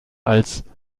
als